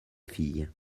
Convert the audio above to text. fille